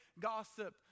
gossip